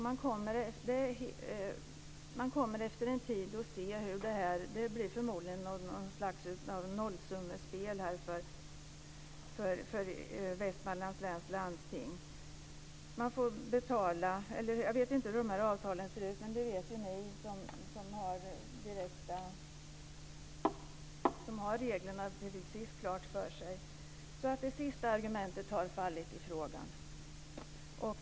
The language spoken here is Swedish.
Man kommer förmodligen efter en tid att se att det blir något slags nollsummespel för Västmanlands läns landsting. Jag vet inte hur de här avtalen ser ut, men det vet ju ni som har reglerna precis klart för er. Det sista argumentet har alltså fallit i frågan.